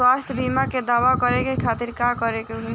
स्वास्थ्य बीमा के दावा करे के खातिर का करे के होई?